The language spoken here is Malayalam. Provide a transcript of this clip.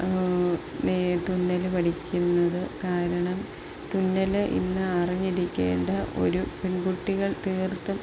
തുന്നല് പഠിക്കുന്നത് കാരണം തുന്നല് ഇന്ന് അറിഞ്ഞിരിക്കേണ്ട ഒരു പെൺകുട്ടികൾ തീർത്തും